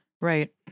right